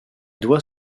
doit